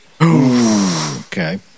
Okay